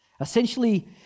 Essentially